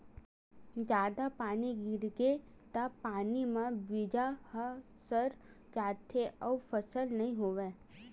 जादा पानी गिरगे त पानी म बीजा ह सर जाथे अउ फसल नइ होवय